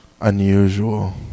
unusual